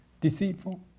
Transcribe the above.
deceitful